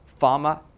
pharma